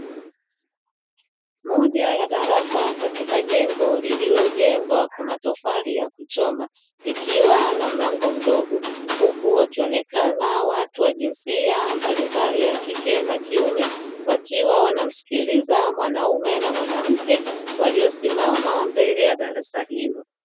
Moja ya darasa katika jengo lililojengwa kwa matofali ya kuchoma, likiwa na mlango mdogo, huku wakionekana watu wa jinsia mbalimbali ya kike na kiume, wakiwa wanamsikiliza mwanaume na mwanamke waliosimama mbele ya darasa hilo.